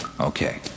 Okay